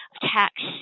tax